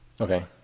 Okay